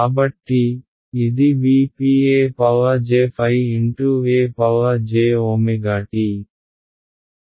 కాబట్టి ఇది V p e j ϕ e j ω t